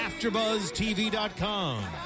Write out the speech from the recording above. AfterBuzzTV.com